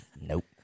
Nope